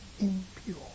impure